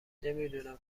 نمیدونم